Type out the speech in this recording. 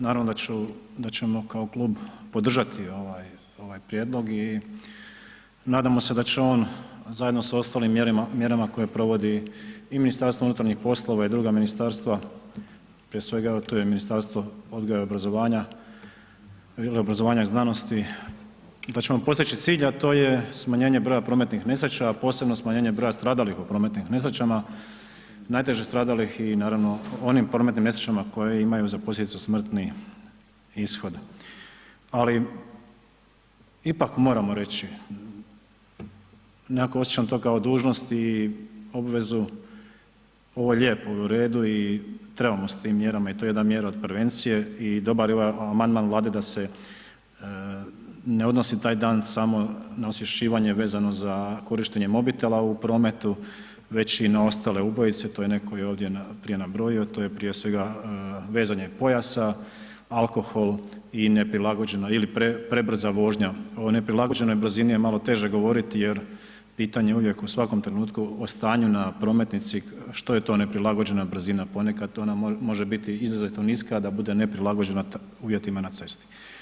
Naravno da ćemo kao klub podržati ovaj prijedlog i nadam se da će on zajedno sa ostalim mjerama koje provodi i MUP i druga ministarstva, prije svega evo tu je Ministarstvo odgoja i obrazovanja ili obrazovanja i znanosti, da ćemo postići cilj a to je smanjenje broja prometnih nesreća, posebno smanjenje broja stradalih u prometnim nesrećama, naježe stradalih i naravno onim prometnim nesrećama koje imaju za posljedicu smrtni ishod ali ipak moramo reći, nekako osjećam to kao dužnosti i obvezu, ovo je lijepo i u redu i trebamo s tim mjerama i to je jedna mjera od prevencije i dobar amandman Vlade da se ne odnosi taj dan samo na osvješćivanje vezano za korištenje mobitela u prometu, već i na ostale ubojice, to je netko i ovdje prije nabrojio, to je prije svega vezanje pojasa, alkohol i neprilagođena ili prebrza vožnja, o neprilagođenoj brzini je malo teže govoriti jer pitanje je uvijek u svakom trenutku o stanju na prometnici što je to neprilagođena brzina, ponekad ona može biti izrazito niska, a da bude ne prilagođena uvjetima na cesti.